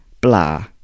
blah